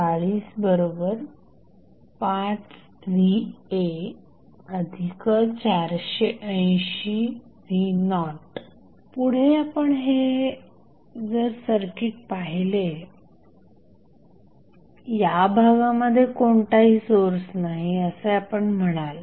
1va40va120v010 ⇒ 405va480v0 पुढे आपण जर हे सर्किट पाहिले या भागामध्ये कोणताही सोर्स नाही असे आपण म्हणाल